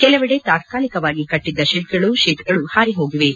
ಕೆಲವೆಡೆ ತಾತ್ಕಾಲಿಕವಾಗಿ ಕಟ್ಟಿದ್ದ ಕೆಡ್ಗಳ ಶೀಟ್ಗಳು ಹಾರಿ ಹೋಗಿವೆ